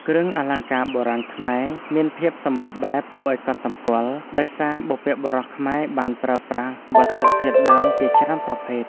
គ្រឿងអលង្ការបុរាណខ្មែរមានភាពសម្បូរបែបគួរឱ្យកត់សម្គាល់ ដោយសារបុព្វបុរសខ្មែរបានប្រើប្រាស់វត្ថុធាតុដើមជាច្រើនប្រភេទ។